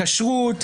בכשרות.